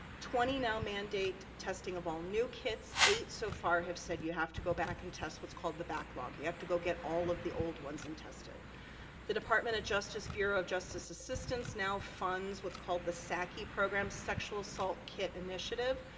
twenty now mandate testing of all new kits, eight so far have said, you have to go back and test what's called the backlog, you have to go get all of the old ones and test the department of justice, bureau of justice assistance now funds what's called the saki program, sexual assault kit initiative.